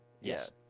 Yes